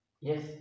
yes